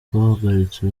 twahagaritse